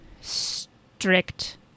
strict